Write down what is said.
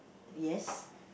yes